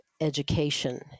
education